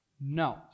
No